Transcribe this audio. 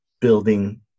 building